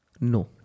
No